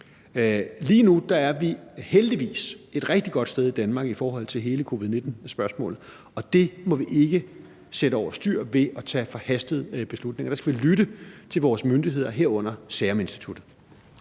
heldigvis et rigtig godt sted i Danmark, og det må vi ikke sætte over styr ved at tage forhastede beslutninger. Der skal vi lytte til vores myndigheder, herunder Seruminstituttet.